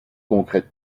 concrète